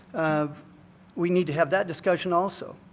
um we need to have that discussion also,